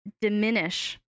Diminish